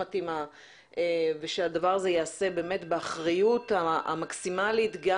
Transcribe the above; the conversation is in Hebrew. ושהדבר הזה ייעשה באחריות המקסימלית גם